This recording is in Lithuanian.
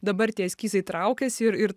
dabar tie eskizai traukiasi ir ir